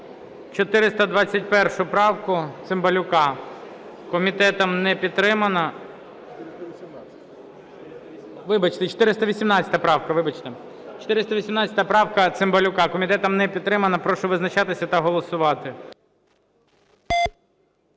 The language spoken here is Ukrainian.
418 правка, Цимбалюка. Комітетом не підтримана. Прошу визначатися та голосувати.